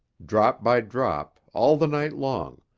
drop by drop, all the night long,